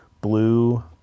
blue